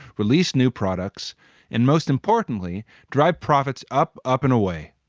release new products and most importantly, drive profits up, up and away.